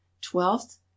twelfth